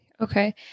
Okay